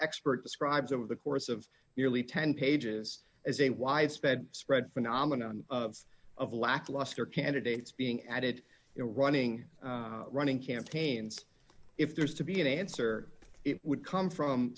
expert describes over the course of nearly ten pages as a widespread spread phenomenon of lackluster candidates being added to running running campaigns if there's to be an answer it would come from